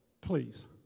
please